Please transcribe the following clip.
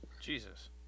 Jesus